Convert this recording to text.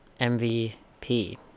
MVP